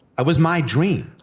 it was my dream!